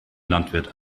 landwirt